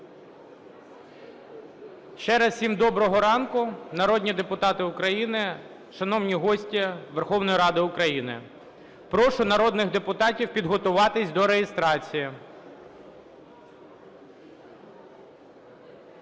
Ще раз всім доброго ранку, народні депутати України, шановні гості Верховної Ради України! Прошу народних депутатів підготуватись до реєстрації.